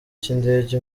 cy’indege